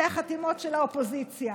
אלה החתימות של האופוזיציה.